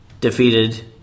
defeated